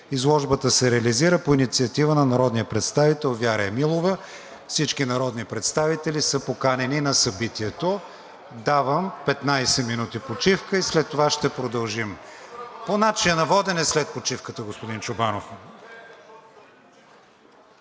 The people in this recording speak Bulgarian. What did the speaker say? Изложбата се реализира по инициатива на народния представител Вяра Емилова. Всички народни представители са поканени на събитието. Давам 15 минути почивка и след това ще продължим. ПЕТЪР ЧОБАНОВ (ДПС, от място): Искам